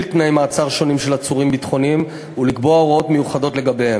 תנאי מעצר שונים של עצורים ביטחוניים ולקבוע הוראות מיוחדות לגביהם.